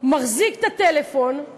מחזיק את הטלפון,